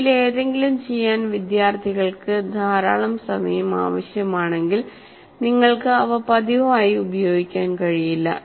ഇവയിലേതെങ്കിലും ചെയ്യാൻ വിദ്യാർത്ഥികൾക്ക് ധാരാളം സമയം ആവശ്യമാണെങ്കിൽ നിങ്ങൾക്ക് അവ പതിവായി ഉപയോഗിക്കാൻ കഴിയില്ല